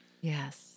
Yes